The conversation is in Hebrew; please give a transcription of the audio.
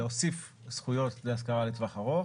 להוסיף זכויות להשכרה לטווח ארוך